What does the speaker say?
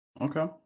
Okay